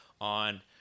on –